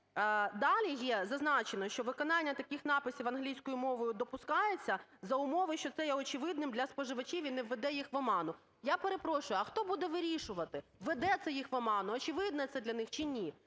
далі є зазначено, що виконання таких написів англійською мовою допускається за умови, що це є очевидним для споживачів і не введе їх в оману. Я перепрошую, а хто буде вирішувати: введе це їх в оману, очевидне це для них чи ні?